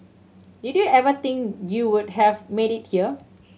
did you ever think you would have made it here